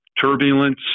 turbulence